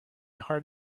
heart